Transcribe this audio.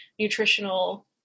nutritional